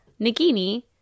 Nagini